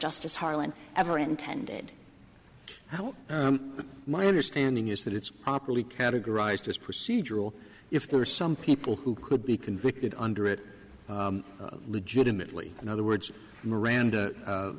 justice harlan ever intended my understanding is that it's properly categorized as procedural if there are some people who could be convicted under it legitimately in other words miranda